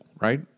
right